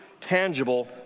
tangible